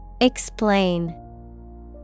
Explain